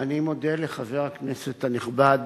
אני מודה לחבר הכנסת הנכבד